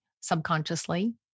subconsciously